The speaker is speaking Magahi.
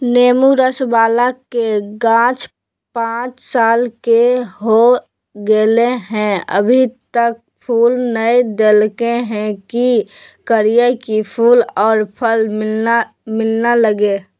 नेंबू रस बाला के गाछ पांच साल के हो गेलै हैं अभी तक फूल नय देलके है, की करियय की फूल और फल मिलना लगे?